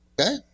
Okay